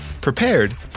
prepared